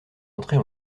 entrer